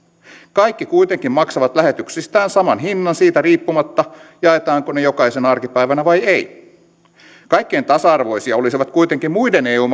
kaikki kuitenkin maksavat lähetyksistään saman hinnan siitä riippumatta jaetaanko ne jokaisena arkipäivänä vai ei kaikkein tasa arvoisimpia olisivat kuitenkin muiden eu